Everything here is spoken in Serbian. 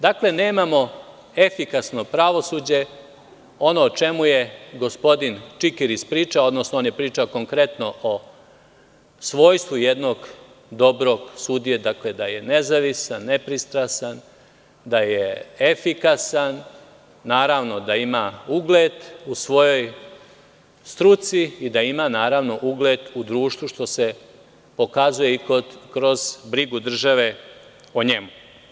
Dakle, nemamo efikasno pravosuđe, ono o čemu je gospodin Čikiriz pričao, odnosno on je pričao konkretno o svojstvu jednog dobrog sudije, dakle, da je nezavisan, nepristrasan, da je efikasan, naravno da ima ugled u svojoj struci i da ima ugled u društvu, što se pokazuje i kroz brigu države o njemu.